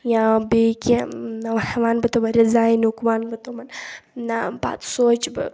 یا بیٚیہِ کینٛہہ نہ وَنہٕ بہٕ رِزاینُک وَنہٕ بہٕ تِمَن نہ پَتہٕ سونٛچہِ بہٕ